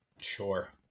Sure